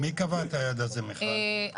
מי קבע את היעד הזה, מיכל?